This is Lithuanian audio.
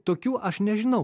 tokių aš nežinau